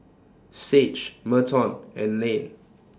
Sage Merton and Layne